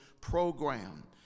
program